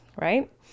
right